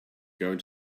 going